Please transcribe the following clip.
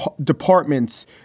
departments